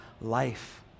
life